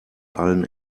allen